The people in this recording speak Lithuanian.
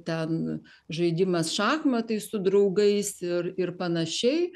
ten žaidimas šachmatais su draugais ir ir panašiai